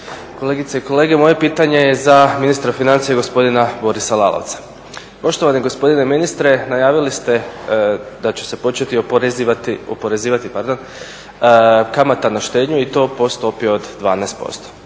kolegice i kolege. Moje pitanje je za ministra financija gospodina Borisa Lalovca. Poštovani gospodine ministre najavili ste da će se početi oporezivati kamata na štednju i to po stopi od 12%.